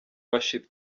worship